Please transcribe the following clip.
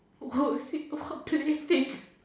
road seek to what place